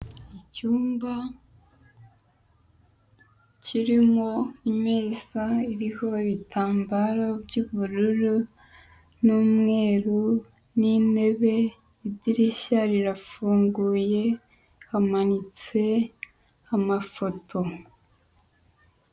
Icyumba kirimo imeza iriho ibitambaro by'ubururu n'umweru n'intebe; idirishya rirafunguye, hamanitse amafoto.